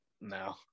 No